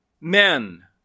men